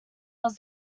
was